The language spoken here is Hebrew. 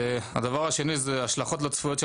הדבר השני הוא השלכות לא צפויות של